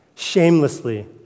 shamelessly